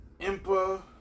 Impa